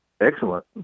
excellent